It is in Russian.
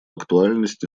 актуальность